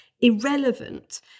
irrelevant